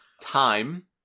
Time